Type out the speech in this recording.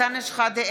אנטאנס שחאדה,